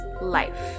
life